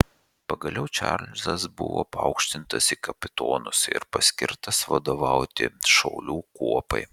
pagaliau čarlzas buvo paaukštintas į kapitonus ir paskirtas vadovauti šaulių kuopai